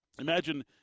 Imagine